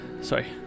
sorry